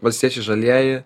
valstiečiai žalieji